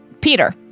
Peter